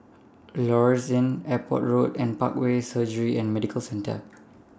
Lloyds Inn Airport Road and Parkway Surgery and Medical Centre